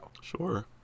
Sure